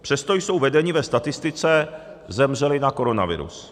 Přesto jsou vedeni ve statistice zemřeli na koronavirus.